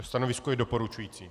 Stanovisko je doporučující.